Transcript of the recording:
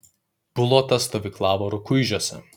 bulota stovyklavo rukuižiuose